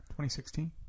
2016